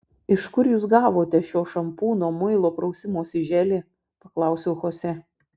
iš kur jūs gavote šio šampūno muilo prausimosi želė paklausiau chosė